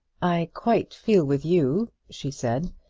i quite feel with you, she said,